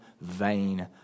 vain